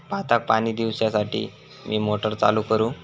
भाताक पाणी दिवच्यासाठी मी मोटर चालू करू?